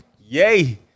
yay